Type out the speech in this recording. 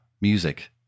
music